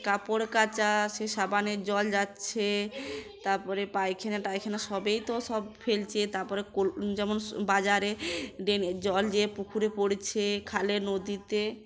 কাপড় কাচা সে সাবানের জল যাচ্ছে তাপরে পায়খানা টায়খানা সবেই তো সব ফেলছে তারপরে ক যেমন বাজারে ডেনে জল যেয়ে পুকুরে পড়ছে খালে নদীতে